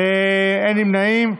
אין נמנעים.